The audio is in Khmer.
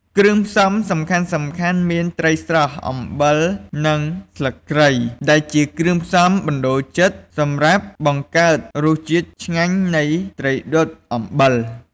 គ្រឿងផ្សំសំខាន់ៗមាន ត្រីស្រស់ អំបិល និងស្លឹកគ្រៃ ដែលជាគ្រឿងផ្សំបណ្ដូលចិត្តសម្រាប់បង្កើតរសជាតិឆ្ងាញ់នៃ ត្រីដុតអំបិល។